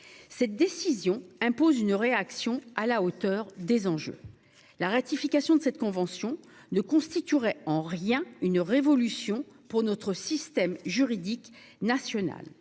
Cette décision impose une réaction qui soit à la hauteur des enjeux. La ratification de cette convention ne constituerait en rien une révolution pour notre système juridique national.